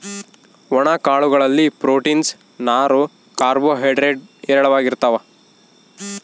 ಒಣ ಕಾಳು ಗಳಲ್ಲಿ ಪ್ರೋಟೀನ್ಸ್, ನಾರು, ಕಾರ್ಬೋ ಹೈಡ್ರೇಡ್ ಹೇರಳವಾಗಿರ್ತಾವ